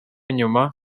nyuma